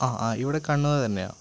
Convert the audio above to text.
ആ ആ ഇവിടെ കണ്ണുർ തന്നെയാണ്